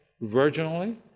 virginally